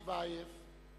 חבר הכנסת טיבייב.